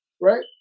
right